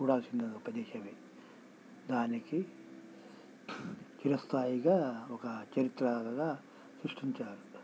చూడాల్సిన ప్రదేశమే దానికి చిరస్థాయిగా ఒక చరిత్రగా సృష్టించారు